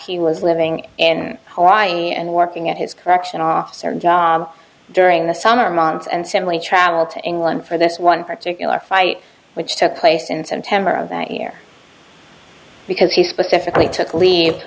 he was living and dying and working at his correction officer job during the summer months and simply travel to england for this one particular fight which took place in september of that year because he specifically took leave